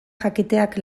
jakiteak